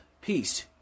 peace